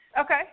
Okay